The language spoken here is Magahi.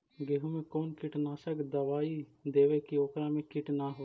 गेहूं में कोन कीटनाशक दबाइ देबै कि ओकरा मे किट न हो?